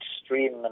extreme